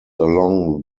along